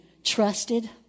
Trusted